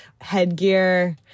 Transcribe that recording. headgear